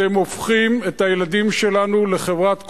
אתם הופכים את הילדים שלנו לחברת כוח-אדם.